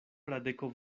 fradeko